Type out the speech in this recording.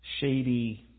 shady